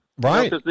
Right